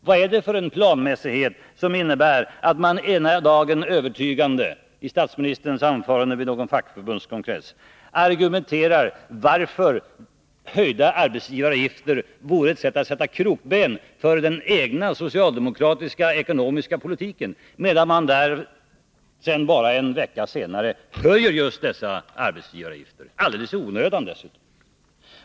Vad är det för planmässighet som innebär att man ena dagen övertygande — i statsministerns anförande vid någon fackförbundskongress — argumenterar att höjda arbetsgivaravgifter vore ett sätt att sätta krokben för den egna socialdemokratiska ekonomiska politiken, medan man nästa dag höjer just dessa arbetsgivaravgifter, alldeles i onödan dessutom?